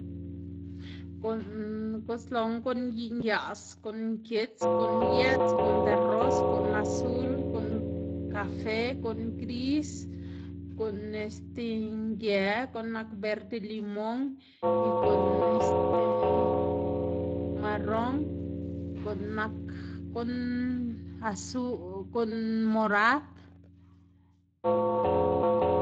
guꞌn gusloná guꞌn yaꞌs, guꞌn nkits, guꞌn yëts, guꞌn deros, guꞌn azul, guꞌn kafe, guꞌn gris, guꞌn este ngë, guꞌn nak verde limon, y guꞌn este marron, guꞌn nak guꞌn guꞌn azu, guꞌn morad.